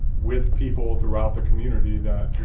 with people throughout the community that